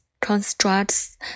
constructs